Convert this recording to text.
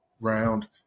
round